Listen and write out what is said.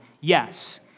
yes